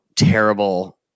terrible